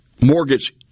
Mortgage